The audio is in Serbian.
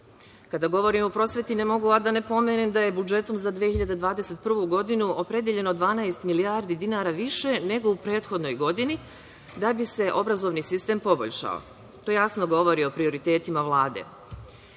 govorim o prosveti, ne mogu a da ne pomenem da je budžetom za 2021. godinu opredeljeno 12 milijardi dinara više nego u prethodnoj godini da bi se obrazovni sistem poboljšao. To jasno govori o prioritetima Vlade. Moram